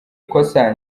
ikosa